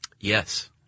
Yes